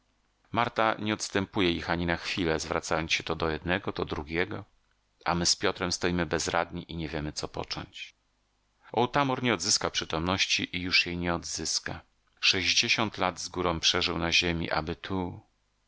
marta nie odstępuje ich ani na chwilę zwracając się to do jednego to do drugiego a my z piotrem stoimy bezradni i nie wiemy co począć otamor nie odzyskał przytomności i już jej nie odzyska sześćdziesiąt lat z górą przeżył na ziemi aby tu